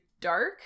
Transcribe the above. dark